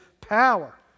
power